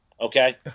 Okay